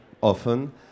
often